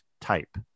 type